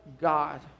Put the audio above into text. God